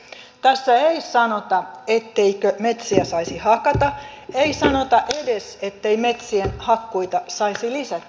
tässä ei sanota etteikö metsiä saisi hakata ei sanota edes ettei metsien hakkuita saisi lisätä